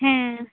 ᱦᱮᱸ